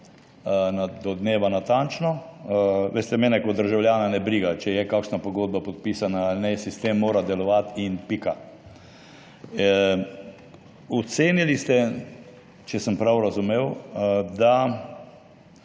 do dneva natančno. Veste, mene kot državljana ne briga, če je kakšna pogodba podpisana ali ne, sistem mora delovati in pika. Ocenili ste, če sem prav razumel, da